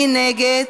מי נגד?